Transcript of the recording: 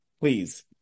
please